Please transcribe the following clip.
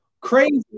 crazy